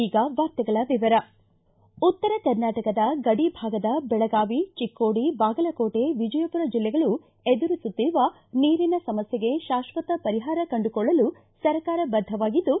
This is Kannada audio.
ಈಗ ವಾರ್ತೆಗಳ ವಿವರ ಉತ್ತರ ಕರ್ನಾಟಕದ ಗಡಿಭಾಗದ ಬೆಳಗಾವಿ ಚಿಕ್ಕೋಡಿ ಬಾಗಲಕೋಟೆ ವಿಜಯಪೂರ ಜಿಲ್ಲೆಗಳು ಎದುರಿಸುತ್ತಿರುವ ನೀರಿನ ಸಮಸ್ಯೆಗೆ ಶಾಶ್ವತ ಪರಿಹಾರ ಕಂಡುಕೊಳ್ಳಲು ಸರ್ಕಾರ ಬದ್ಧವಾಗಿದ್ದು